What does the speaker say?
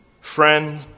Friend